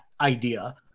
idea